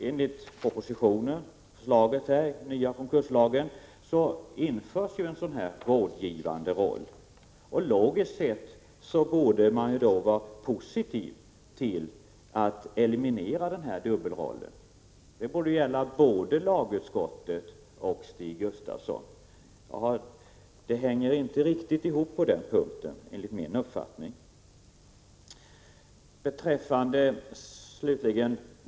Enligt propositionens förslag till konkurslag införs emellertid en sådan rådgivande funktion, och logiskt sett borde man då vara positiv till att eliminera denna dubbelroll. Det borde gälla både lagutskottet och Stig Gustafsson. Jag tycker inte riktigt att resonemanget hänger ihop på den här punkten.